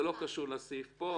זה לא קשור לסעיף פה.